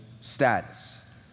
status